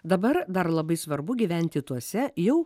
dabar dar labai svarbu gyventi tuose jau